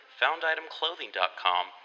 founditemclothing.com